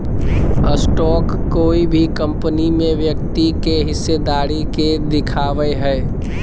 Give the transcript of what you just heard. stock कोय भी company में व्यक्ति के हिस्सेदारी के दिखावय हइ